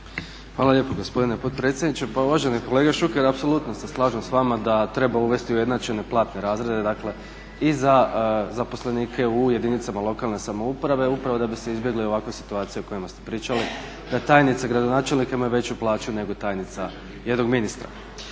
Hvala lijepo gospodine potpredsjedniče. Pa uvaženi kolega Šuker apsolutno se slažem s vama da treba uvesti ujednačene platne razrede i za zaposlenike u jedinicama lokalne samouprave upravo da bi se izbjegle ovakve situacije o kojima ste pričali da tajnice gradonačelnika imaju veću plaću nego tajnica jednog ministra.